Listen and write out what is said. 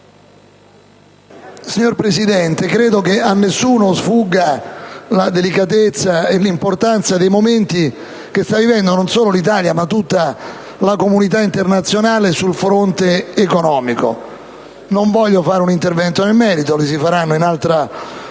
Signor Presidente, credo che a nessuno sfugga la delicatezza e l'importanza dei momenti che stanno vivendo non solo l'Italia ma tutta la comunità internazionale sul fronte economico. Non voglio fare un intervento nel merito, che si farà in altra